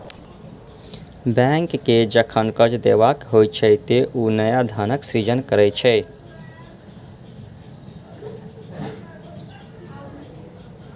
bank कें जखन कर्ज देबाक होइ छै, ते ओ नया धनक सृजन करै छै